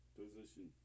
position